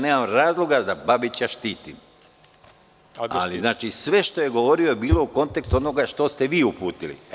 Nemam razloga da Babića štitim, ali sve što je govorio je bilo u kontekstu onoga što ste vi uputili.